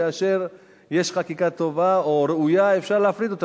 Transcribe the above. כאשר יש חקיקה טובה או ראויה אפשר להפריד אותה,